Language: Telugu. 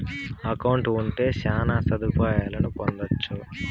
అకౌంట్ ఉంటే శ్యాన సదుపాయాలను పొందొచ్చు